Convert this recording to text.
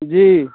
जी